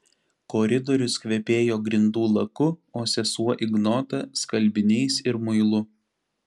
koridorius kvepėjo grindų laku o sesuo ignota skalbiniais ir muilu